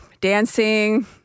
dancing